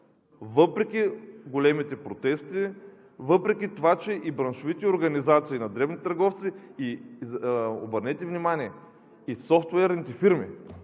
Въпреки големите протести, въпреки това, че и браншовите организации на дребни търговци – обърнете внимание,